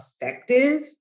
effective